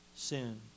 sin